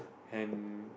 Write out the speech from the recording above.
ham